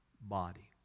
body